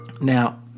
now